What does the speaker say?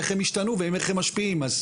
איך הם השתנו ואיך הם משפיעים.